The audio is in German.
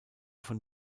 von